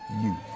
youth